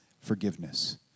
forgiveness